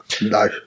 No